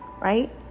Right